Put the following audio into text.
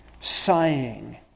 sighing